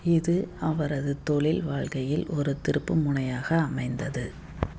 இது அவரது தொழில் வாழ்க்கையில் ஒரு திருப்புமுனையாக அமைந்தது